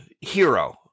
hero